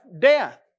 death